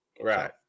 Right